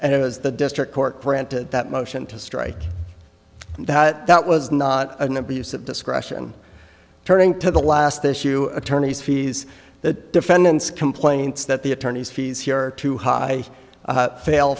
and it was the district court granted that motion to strike that that was not an abuse of discretion turning to the last issue attorney's fees the defendants complaints that the attorney's fees here are too high fail